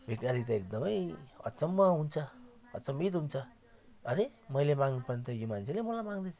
भिखारी त एकदमै अचम्म हुन्छ अचम्भित हुन्छ अरे मैले माग्नुपर्ने त यो मान्छेले मलाई माग्दैछ